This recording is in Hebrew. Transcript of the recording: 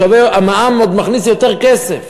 המע"מ עוד מכניס יותר כסף.